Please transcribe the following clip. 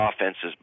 offenses